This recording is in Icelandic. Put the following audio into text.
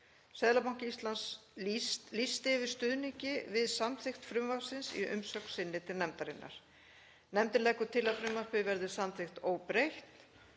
Seðlabanki Íslands lýsti yfir stuðningi við samþykkt frumvarpsins í umsögn sinni til nefndarinnar. Nefndin leggur til að frumvarpið verði samþykkt óbreytt.